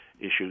issues